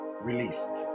released